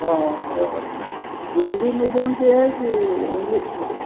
तो हाँ sir Hindi medium की है कि इंग्लिश की है